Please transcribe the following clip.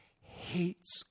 hates